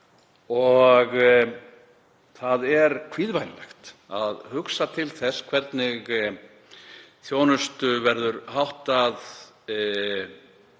núna og kvíðvænlegt að hugsa til þess hvernig þjónustu verður háttað